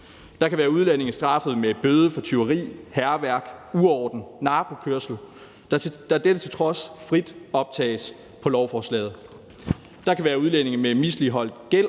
Der kan være udlændinge straffet med bøde for tyveri, hærværk, uorden og narkokørsel, der dette til trods frit optages på lovforslaget. Der kan være udlændinge med misligholdt gæld